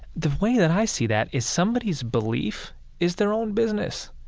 the way that i see that is somebody's belief is their own business.